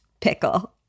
pickle